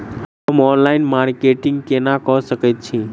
हम online marketing केना कऽ सकैत छी?